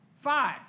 Five